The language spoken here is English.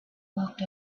walked